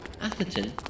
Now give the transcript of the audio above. Atherton